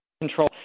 control